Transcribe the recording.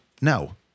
no